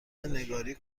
نگاری